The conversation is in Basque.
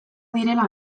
direla